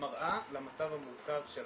מראה למצב המורכב שלנו.